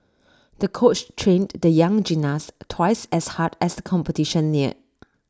the coach trained the young gymnast twice as hard as the competition neared